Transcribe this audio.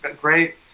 great